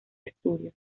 estudios